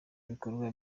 ibikorwa